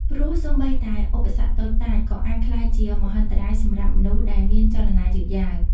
ព្រោះសូម្បីតែឧបសគ្គតូចតាច ក៏អាចក្លាយជាមហន្តរាយសម្រាប់មនុស្សដែលមានចលនាយឺតយ៉ាវ។